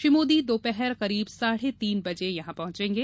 श्री मोदी दोपहर करीब साढे तीन बजे यहां पहंचेंगे